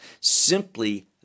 Simply